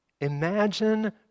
imagine